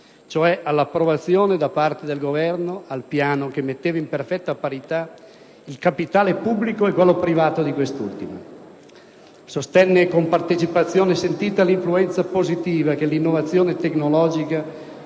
cioè l'approvazione da parte del Governo del piano che metteva in perfetta parità il capitale pubblico e quello privato di quest'ultima. Sostenne con partecipazione sentita l'influenza positiva che l'innovazione tecnologica